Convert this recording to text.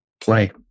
play